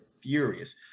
furious